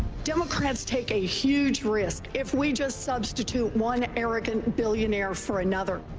democrats take a huge risk if we just substitute one arrogant billionaire for another.